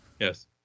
yes